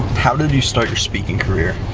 how did you start your speaking career?